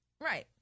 Right